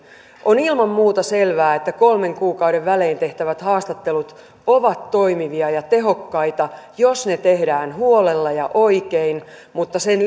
on ilman muuta selvää että kolmen kuukauden välein tehtävät haastattelut ovat toimivia ja tehokkaita jos ne tehdään huolella ja oikein mutta sen